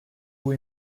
who